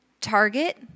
target